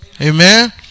Amen